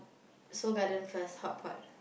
Seoul-Garden first hot pot